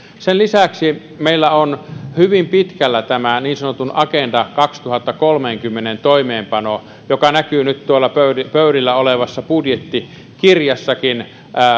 sen lisäksi meillä on hyvin pitkällä niin sanotun agenda kaksituhattakolmekymmentän toimeenpano mikä näkyy nyt tuolla pöydillä pöydillä olevassa budjettikirjassakin